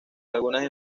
algunas